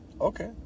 Okay